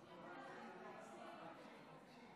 כזה.